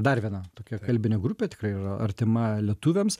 dar viena tokia kalbinė grupė tikrai yra artima lietuviams